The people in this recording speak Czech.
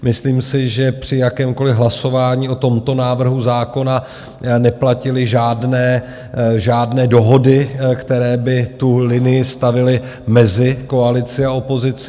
Myslím si, že při jakémkoliv hlasování o tomto návrhu zákona neplatily žádné dohody, které by tu linii stavěly mezi koalici a opozicí.